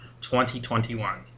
2021